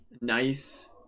nice